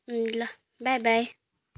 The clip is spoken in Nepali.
ल बाई बाई